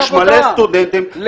יש מלא סטודנטים -- לכולם יש עבודה.